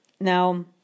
Now